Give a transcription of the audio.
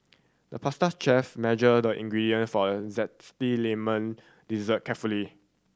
the pastry chef measured the ingredient for a zesty lemon dessert carefully